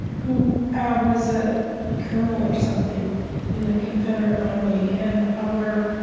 who um was a colonel or something in the confederate army and our